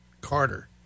Carter